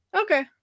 Okay